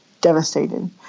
devastated